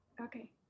Okay